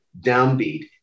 downbeat